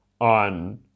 on